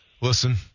Listen